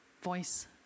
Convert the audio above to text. voice